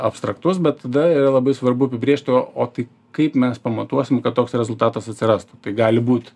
abstraktus bet tada yra labai svarbu apibrėžt o o tai kaip mes pamatuosim kad toks rezultatas atsirastų tai gali būt